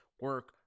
Work